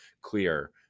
clear